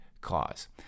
cause